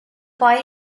buy